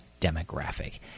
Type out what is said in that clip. demographic